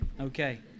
Okay